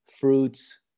Fruits